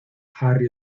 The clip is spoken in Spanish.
harry